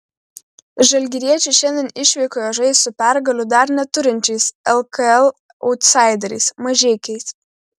žalgiriečiai šiandien išvykoje žais su pergalių dar neturinčiais lkl autsaideriais mažeikiais